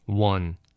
One